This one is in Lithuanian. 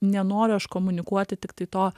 nenoriu aš komunikuoti tiktai to